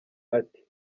ati